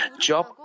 Job